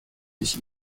ich